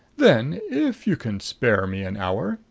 then, if you can spare me an hour,